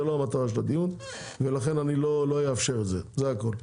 זה לא המטרה של הדיון ולכן אני לא אאפשר את זה זה הכל.